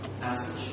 passage